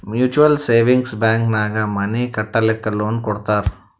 mutual savings bank ನಾಗ್ money ಕಟ್ಟಲಕ್ಕ್ loan ಕೊಡ್ತಾರ್